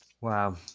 Wow